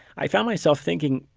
i found myself thinking,